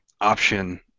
option